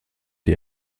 die